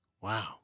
Wow